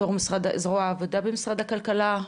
בתור זרוע העבודה במשרד הכלכלה,